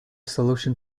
solution